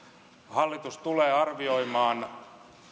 hallitus tulee arvioimaan